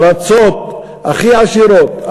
הארצות הכי עשירות,